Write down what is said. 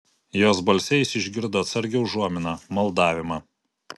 jos balse jis išgirdo atsargią užuominą maldavimą